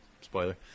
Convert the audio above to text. Spoiler